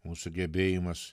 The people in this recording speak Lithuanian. mūsų gebėjimas